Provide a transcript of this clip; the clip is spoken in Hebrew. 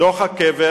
לתוך הקבר